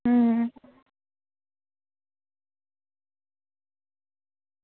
अं